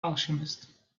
alchemist